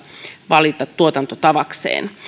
valita tuotantotavakseen